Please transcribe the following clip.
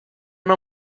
não